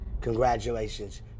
Congratulations